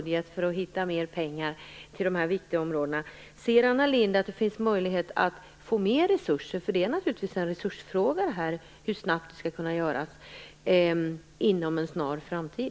Det är naturligtvis en fråga om resurser när det gäller hur snabbt det kan göras. Jag skall göra allt för att i vår budget hitta mer pengar till de här viktiga områdena.